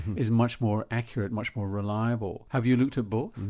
is much more accurate, much more reliable. have you looked at both?